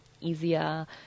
easier